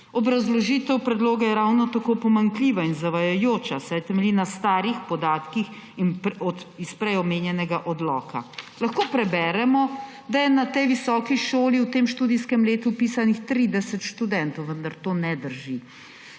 Obrazložitev predloga je ravno tako pomanjkljiva in zavajajoča, saj temelji na starih podatkih iz prej omenjenega odloka. Lahko preberemo, da je na tej visoki šoli v tem študijskem letu vpisanih 30 študentov, vendar to ne drži.